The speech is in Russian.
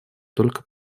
только